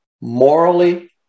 morally